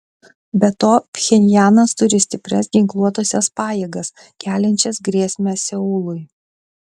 be to pchenjanas turi stiprias ginkluotąsias pajėgas keliančias grėsmę seului